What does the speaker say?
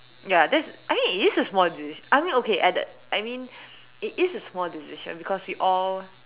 ya that's I mean it is a small decision I mean okay at that I mean it is a small decision because we all